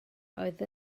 oedd